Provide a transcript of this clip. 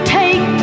take